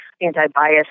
anti-bias